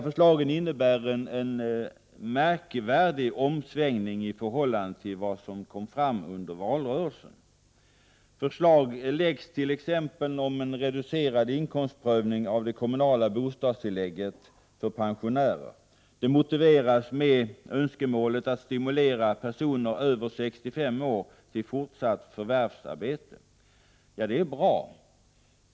Förslagen innebär en märkvärdig omsvängning i förhållande till vad som kom fram under valrörelsen. Man lägger t.ex. fram förslag om en reducerad inkomstprövning av det kommunala bostadstillägget, KBT, för pensionärer. Det motiveras med önskemålet att stimulera personer över 65 år till fortsatt förvärvsarbete, och det är bra.